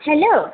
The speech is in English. hello